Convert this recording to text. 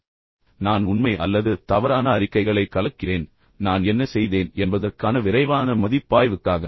எனவே நான் உண்மை அல்லது தவறான அறிக்கைகளை கலக்கிறேன் ஆனால் நான் என்ன செய்தேன் என்பதற்கான விரைவான மதிப்பாய்வுக்காக